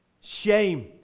shame